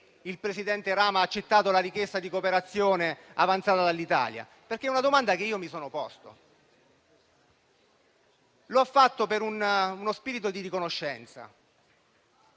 il presidente Rama ha accettato la richiesta di cooperazione avanzata dall'Italia? È una domanda che io mi sono posto. Lo ha fatto per uno spirito di riconoscenza,